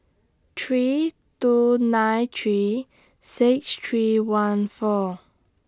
three two nine three six three one four